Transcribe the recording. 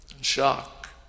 shock